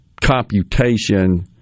computation